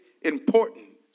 important